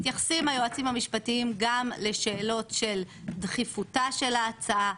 מתייחסים היועצים המשפטיים גם לשאלות של דחיפותה של ההצעה,